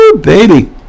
baby